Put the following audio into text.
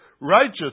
Righteous